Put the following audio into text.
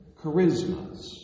charismas